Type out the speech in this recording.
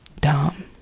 dumb